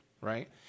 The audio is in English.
right